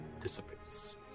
dissipates